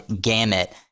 gamut